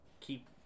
keep